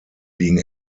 being